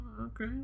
okay